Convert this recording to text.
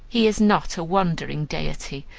he is not a wandering deity,